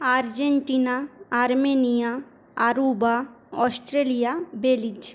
Argentina Armenia Aruba Australia Belize